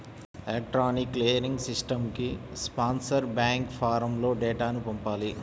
electronic clearing సిస్టమ్కి sponsor bank ఫారమ్లో డేటాను పంపాలి